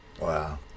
Wow